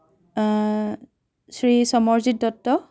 Shri Samarjit Dutta